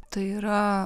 tai yra